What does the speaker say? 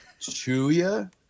Chuya